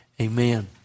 amen